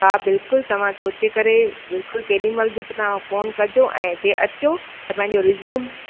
हा बिल्कुलु तव्हां सोचे करे बिल्कुलु केॾीमहिल बि तव्हां फ़ोन कजो ऐं जे अचो त पंहिंजो रिज़्यूम